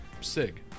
Sig